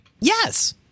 Yes